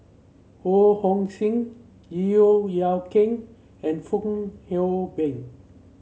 Ho Hong Sing Yeo Yeow Kwang and Fong Hoe Beng